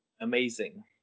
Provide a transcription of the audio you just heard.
amazing